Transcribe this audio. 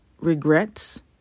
regrets